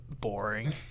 boring